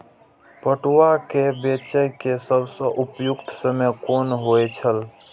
पटुआ केय बेचय केय सबसं उपयुक्त समय कोन होय छल?